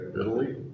Italy